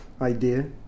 idea